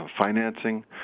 financing